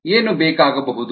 ಏನು ಬೇಕಾಗಬಹುದು